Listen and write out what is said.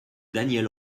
daniel